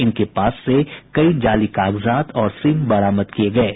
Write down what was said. इनके पास से कई जाली कागजात और सिम बरामद किये गये हैं